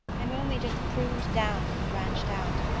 i'm only just pruned down and branched out.